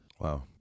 Wow